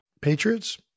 Patriots